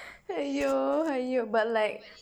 !aiyo! !aiyo! but like